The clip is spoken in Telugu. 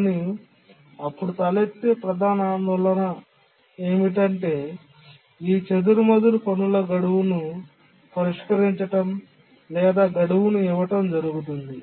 కానీ అప్పుడు తలెత్తే ప్రధాన ఆందోళన ఏమిటంటే ఈ చెదురుమదురు పనులు గడువును పరిష్కరించడం లేదా గడువును ఇవ్వడం జరుగుతుంది